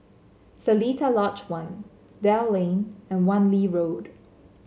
Seletar Lodge One Dell Lane and Wan Lee Road